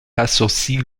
associe